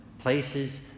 Places